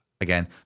again